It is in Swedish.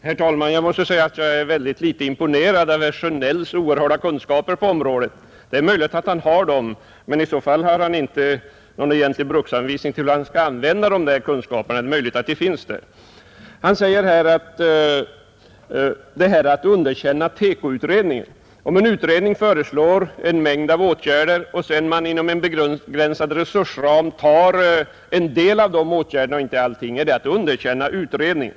Herr talman! Jag måste säga att jag är väldigt litet imponerad av herr Sjönells oerhörda kunskaper på detta område. Det är möjligt att han har dem, men i så fall har han inte någon ordentlig bruksanvisning för hur han skall använda dem. Det är som sagt möjligt att de finns där. Sedan talade herr Sjönell om att underkänna TEKO-utredningen, Men om en utredning föreslår en mängd åtgärder och man sedan inom en begränsad resursram tar en del av de åtgärderna, inte alla, är det då att underkänna utredningen?